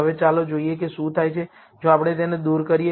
હવે ચાલો જોઈએ કે શું થાય છે જો આપણે તેને દૂર કરીએ